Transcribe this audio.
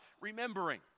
Remembering